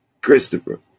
Christopher